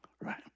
Right